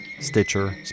Stitcher